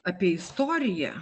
apie istoriją